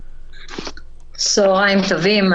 שלום, צהריים טובים.